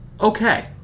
okay